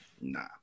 nah